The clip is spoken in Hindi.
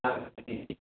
हाँ ठीक